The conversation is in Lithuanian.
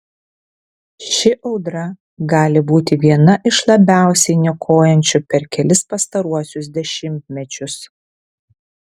ši audra gali būti viena iš labiausiai niokojančių per kelis pastaruosius dešimtmečius